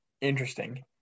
Interesting